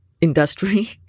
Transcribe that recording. industry